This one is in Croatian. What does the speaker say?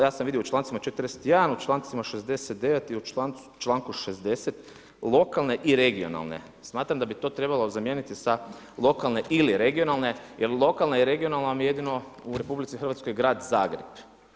Ja sam vidio u člancima 41. u člancima 69. i u članku 60. lokalne i regionalne, smatram da bi to trebalo zamijeniti sa lokalne ili regionalne, jer lokalna i regionalna vam je jedino u RH grad Zagreb.